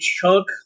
chunk